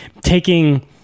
taking